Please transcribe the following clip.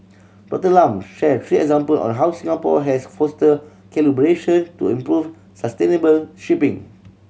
Doctor Lam shared three example on how Singapore has fostered collaboration to improve sustainable shipping